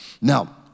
Now